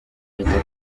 ahita